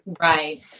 Right